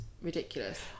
Ridiculous